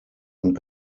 und